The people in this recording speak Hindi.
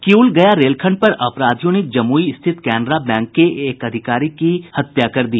किउल गया रेलखंड पर अपराधियों ने जमुई स्थित कैनरा बैंक के एक अधिकारी की हत्या कर दी